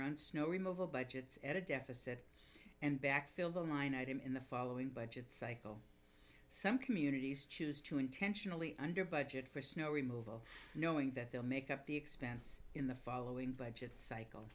run snow removal budgets at a deficit and backfill the line item in the following budget cycle some communities choose to intentionally under budget for snow removal knowing that they'll make up the expense in the following budget cycle